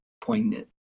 poignant